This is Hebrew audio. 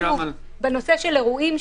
במיוחד בנושא של אירועים,